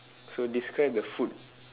so describe the food